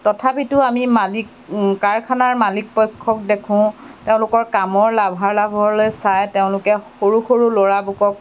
তথাপিতো আমি মালিক কাৰখানাৰ মালিকপক্ষক দেখোঁ তেওঁলোকৰ কামৰ লাভালাভলৈ চাই তেওঁলোকে সৰু সৰু ল'ৰাবোৰক